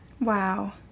Wow